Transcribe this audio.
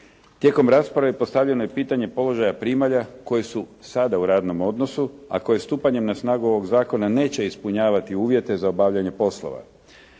Tijekom rasprave postavljeno je pitanje položaja primalja koje su sada u radnom odnosu, a koje stupanjem na snagu ovog zakona neće ispunjavati uvjete za obavljanje poslova.